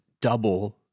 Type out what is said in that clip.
double